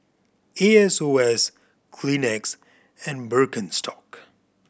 A S O S Kleenex and Birkenstock